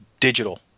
digital